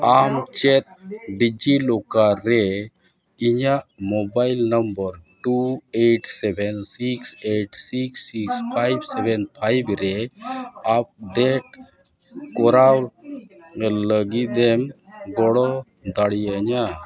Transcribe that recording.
ᱟᱢᱪᱮᱫ DigiLocker ᱨᱮ ᱤᱧᱟᱹᱜ mobile number two eight seven six eight six six five seven five ᱨᱮ update ᱠᱚᱨᱟᱣ ᱞᱟᱹᱜᱤᱫ ᱮᱢ ᱜᱚᱲᱚ ᱫᱟᱲᱮᱭᱟᱹᱧᱟᱹ